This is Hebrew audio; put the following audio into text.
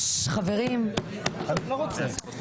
אני צריכה לספר למשרד הבריאות שלזק"א וליד שרה יש?